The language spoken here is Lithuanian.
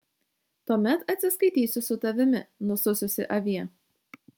tuomet atsiskaitysiu su tavimi nusususi avie